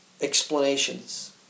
explanations